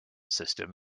system